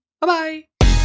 Bye-bye